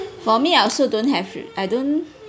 for me I also don't have I don't